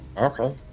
Okay